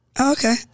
Okay